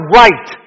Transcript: right